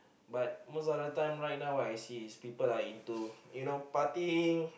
but most other time right now I see is people are into you know partying